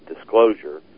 disclosure